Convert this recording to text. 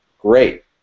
great